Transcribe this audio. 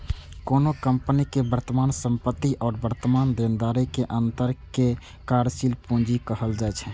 कोनो कंपनी के वर्तमान संपत्ति आ वर्तमान देनदारी के अंतर कें कार्यशील पूंजी कहल जाइ छै